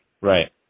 Right